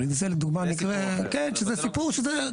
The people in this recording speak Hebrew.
אבל זה דוגמא למקרה של סיפור ספציפי.